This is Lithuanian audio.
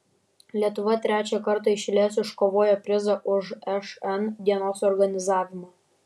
lietuva trečią kartą iš eilės iškovojo prizą už šn dienos organizavimą